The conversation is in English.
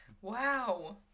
Wow